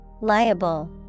Liable